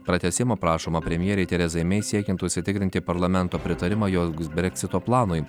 pratęsimo prašoma premjerei terezai mei siekiant užsitikrinti parlamento pritarimą jogs breksito planui